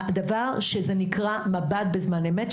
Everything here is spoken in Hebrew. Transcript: הדבר שזה נקרא מב"ד בזמן אמת,